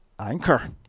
Anchor